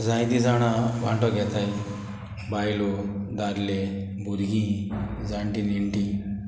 जायतीं जाणां वांटो घेताय बायलो दादले भुरगीं जाणटीं नेणटीं